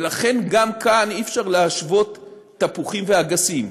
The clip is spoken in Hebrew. ולכן, גם כאן אי-אפשר להשוות תפוחים ואגסים.